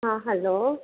हाँ हेलो